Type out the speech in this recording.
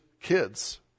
kids